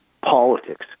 politics